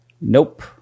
nope